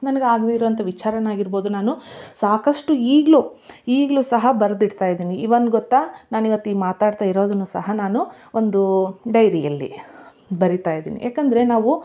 ನನ್ಗ ಆಗ್ದಿರೊ ಅಂತಹ ವಿಚಾರನೆ ಆಗಿರ್ಬೋದು ನಾನು ಸಾಕಷ್ಟು ಈಗಲು ಈಗಲು ಸಹ ಬರ್ದು ಇಡ್ತಾ ಇದ್ದೀನಿ ಇವನು ಗೊತ್ತಾ ನಾನು ಇವತ್ತು ಈ ಮಾತಾಡ್ತಾ ಇರೋದನ್ನು ಸಹ ನಾನು ಒಂದು ಡೈರಿ ಅಲ್ಲಿ ಬರಿತಾ ಇದೀನಿ ಯಾಕಂದರೆ ನಾವು